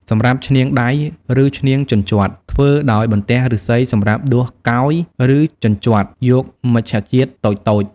សម្រាប់ឈ្នាងដៃឬ ឈ្នាងជញ្ជាត់ ធ្វើដោយបន្ទោះឫស្សីសម្រាប់ដួសកោយ ឬជញ្ជាត់ យកមច្ឆជាតិតូចៗ។